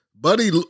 buddy